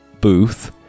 booth